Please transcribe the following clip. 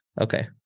Okay